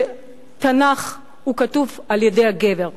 שהתנ"ך כתוב על-ידי גבר.